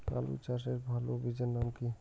আলু চাষের ভালো বীজের নাম কি?